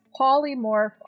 polymorph